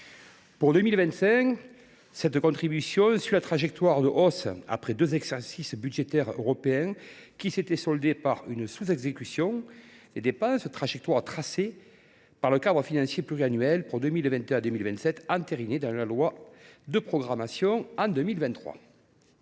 Pour 2025, cette contribution suit la trajectoire de hausse, après deux exercices budgétaires européens qui s’étaient soldés par une sous exécution des dépenses, trajectoire tracée par le cadre financier pluriannuel 2021 2027, lequel a été entériné par la loi du 18 décembre 2023